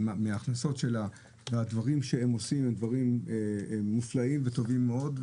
מההכנסות שלה והדברים שהם עושים הם דברים מופלאים וטובים מאוד.